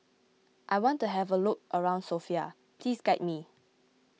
I want to have a look around Sofia please guide me